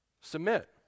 submit